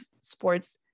sports